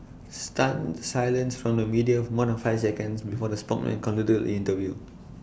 stunned silence from the media for more than five seconds before the spokesperson concluded interview